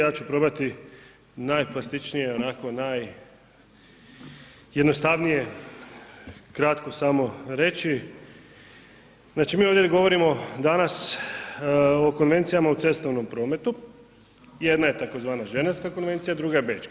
Ja ću probati najplastičnije, onako najjednostavnije kratko samo reći, znači mi ovdje ne govorimo danas o konvencijama u cestovnom prometu, jedna je tzv. Ženevska konvencija, druga je Bečka.